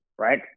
Right